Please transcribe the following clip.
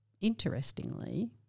Interestingly